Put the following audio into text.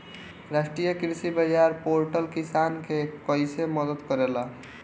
राष्ट्रीय कृषि बाजार पोर्टल किसान के कइसे मदद करेला?